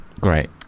Great